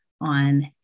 on